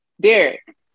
Derek